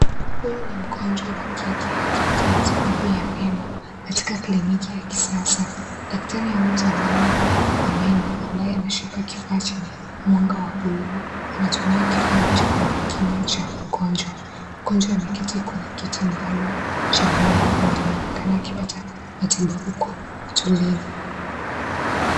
Kwa hiyo ni mgonjwa wa kike akipata matibabu ya meno katika, kiliniki ya kisasa. Daktari au mtaalamu wa meno ambaye ameshika kifaa chenye mwanga wa bluu, anatumia kifaa hicho kwenye kinywa cha mgonjwa. Mgonjwa ameketi kwenye kiti maalumu cha meno, na naonekana akipata matibabu kwa utulivu.